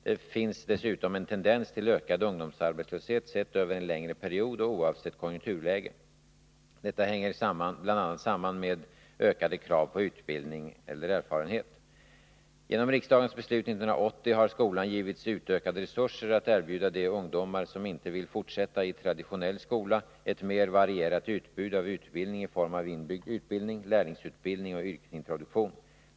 Det finns dessutom en tendens till ökad ungdomsarbetslöshet sett över en längre period och oavsett konjunkturläge. Detta hänger bl.a. samman med ökade krav på utbildning eller erfarenhet. Genom riksdagens beslut 1980 har skolan givits utökade resurser att erbjuda de ungdomar som inte vill fortsätta i ”traditionell” skola ett mer varierat utbud av utbildning i form av inbyggd utbildning, lärlingsutbildning och yrkesintroduktion.